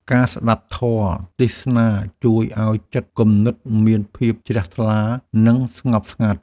ការស្ដាប់ធម៌ទេសនាជួយឱ្យចិត្តគំនិតមានភាពជ្រះថ្លា និងស្ងប់ស្ងាត់។